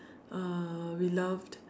uh we loved